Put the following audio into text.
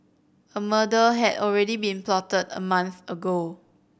a murder had already been plotted a month ago